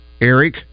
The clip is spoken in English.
Eric